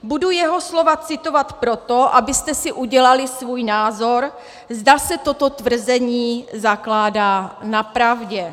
Budu jeho slova citovat proto, abyste si udělali svůj názor, zda se toto tvrzení zakládá na pravdě.